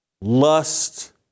lust